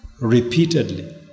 repeatedly